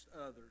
others